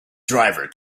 driver